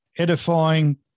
Edifying